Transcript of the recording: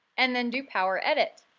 and then do power edit.